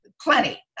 Plenty